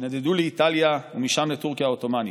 שנדדו לאיטליה ומשם לטורקיה העות'מאנית.